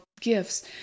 gifts